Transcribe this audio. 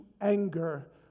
anger